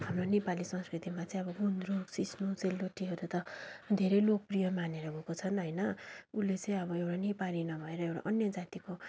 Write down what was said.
हाम्रो नेपाली संस्कृतिमा चाहिँ अब गुन्द्रुक सिस्नो सेलरोटीहरू त धेरै लोकप्रिय मानेर गएको छ होइन उसले चाहिँ अब एउटा नेपाली नभएर एउटा अन्त जातिको